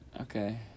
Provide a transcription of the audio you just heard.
Okay